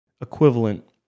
equivalent